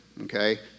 okay